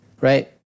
right